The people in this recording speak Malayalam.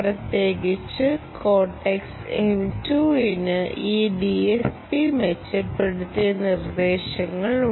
പ്രത്യേകിച്ച് കോർടെക്സ് M2 ന് ഈ DSP മെച്ചപ്പെടുത്തിയ നിർദ്ദേശങ്ങളുണ്ട്